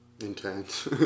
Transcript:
intense